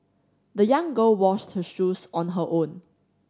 the young girl washed her shoes on her own